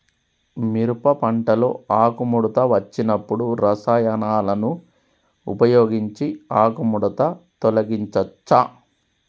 మిరప పంటలో ఆకుముడత వచ్చినప్పుడు రసాయనాలను ఉపయోగించి ఆకుముడత తొలగించచ్చా?